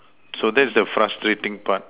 so that is the frustrating part